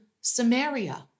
Samaria